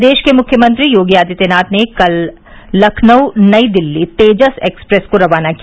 प्रदेश के मुख्यमंत्री योगी आदित्यानाथ ने कल लखनऊ नई दिल्ली तेजस एक्सप्रेस को रवाना किया